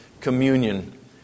communion